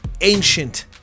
ancient